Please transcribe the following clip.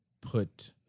put